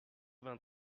vingt